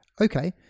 okay